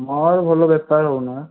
ମୋର ଭଲ ବେପାର ହଉନି ବା